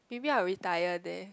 maybe I'll retire there